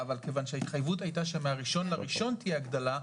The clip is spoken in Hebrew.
אבל כיוון שההתחייבות הייתה שמה-1 בינואר תהיה הגדלה,